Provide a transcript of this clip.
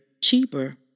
cheaper